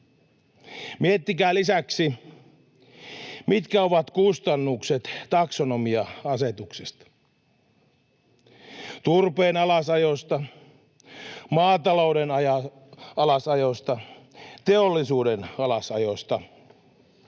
Miettikää lisäksi, mitkä ovat kustannukset taksonomia-asetuksista, turpeen alasajosta, maatalouden alasajosta, teollisuuden alasajosta.